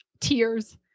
tears